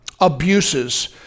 abuses